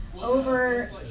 over